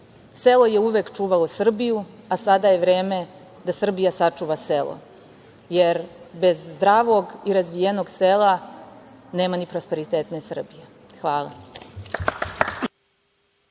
Selo je uvek čuvalo Srbiju, a sada je vreme da Srbija sačuva selo, jer bez zdravog i razvijenog sela nema ni prosperitetne Srbije. Hvala.